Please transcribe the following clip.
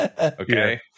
Okay